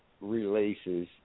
releases